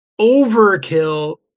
overkill